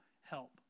help